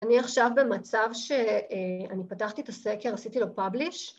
‫אני עכשיו במצב שאני פתחתי את הסקר, ‫עשיתי לו publish.